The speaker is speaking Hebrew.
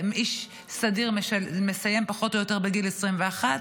איש סדיר מסיים פחות או יותר בגיל 21,